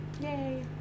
Yay